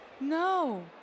No